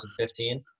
2015